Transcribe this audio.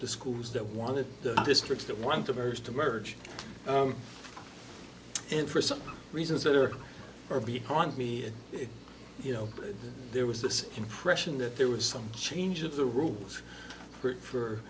the schools that wanted districts that want to merge to merge and for some reasons that are far beyond me you know there was this impression that there was some change of the rules for